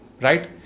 right